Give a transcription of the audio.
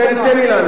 מי פנה?